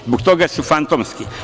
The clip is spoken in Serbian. Zbog toga su fantomski.